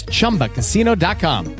Chumbacasino.com